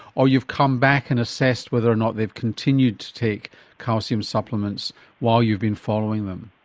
or you've come back and assessed whether or not they've continued to take calcium supplements while you've been following them?